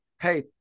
hey